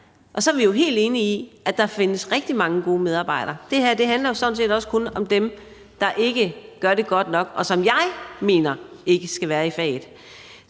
Og så er vi jo helt enige i, at der findes rigtig mange gode medarbejdere. Det her handler sådan set også kun om dem, der ikke gør det godt nok, og som jeg mener ikke skal være i faget.